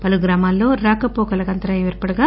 పలు గ్రామాల్లో రాకవోకలకు అంతరాయం ఏర్పడగా